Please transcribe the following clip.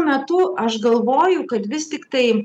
metu aš galvoju kad vis tiktai